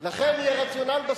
אחרי זה נדבר.